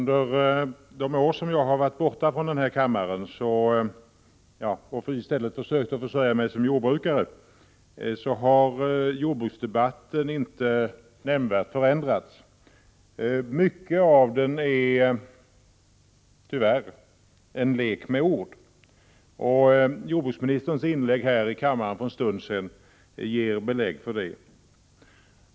Herr talman! Under de år som jag har varit borta från denna kammare och istället försökt att försörja mig som jordbrukare har jordbruksdebatten inte nämnvärt förändrats. Mycket av den är tyvärr en lek med ord. Jordbruksministerns inlägg här i kammaren för en stund sedan gav belägg för det.